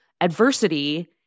adversity